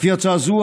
לפי ההצעה הזו,